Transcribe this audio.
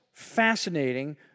Fascinating